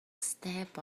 step